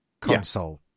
console